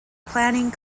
planning